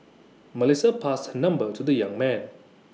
Melissa passed her number to the young man